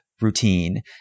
routine